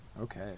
Okay